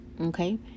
Okay